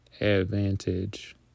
advantage